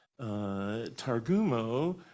Targumo